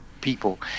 people